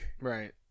Right